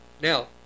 Now